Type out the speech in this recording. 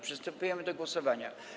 Przystępujemy do głosowania.